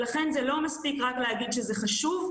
לכן זה לא מספיק רק להגיד שזה חשוב,